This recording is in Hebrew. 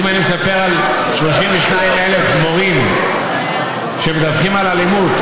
ואני מספר על 32,000 מורים שמדווחים על אלימות,